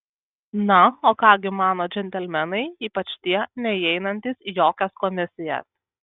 na o ką gi mano džentelmenai ypač tie neįeinantys į jokias komisijas